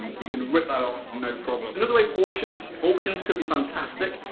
you can rip that off no problem. another way is auctions. auctions could be fantastic.